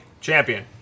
Champion